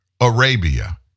Arabia